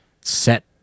set